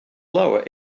lower